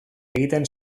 egiten